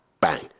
Bang